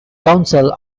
council